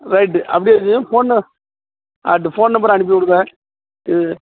right அப்படியே இதையும் ஃபோன்னு அண்டு ஃபோன் நம்பர் அனுப்பிவுடுறேன்